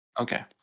Okay